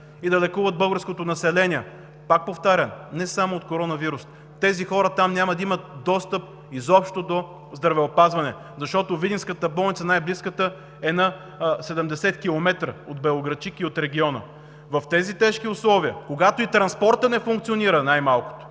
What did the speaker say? и да лекуват българското население. Пак повтарям, не само от коронавирус, тези хора там няма да имат достъп изобщо до здравеопазване, защото най-близка е видинската болница и тя е на 70 км от Белоградчик и от региона. В тези тежки условия, когато и транспортът не функционира най-малкото,